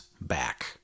back